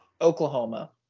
Oklahoma